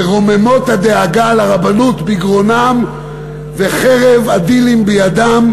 ורוממות הדאגה לרבנות בגרונם וחרב הדילים בידם.